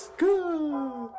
good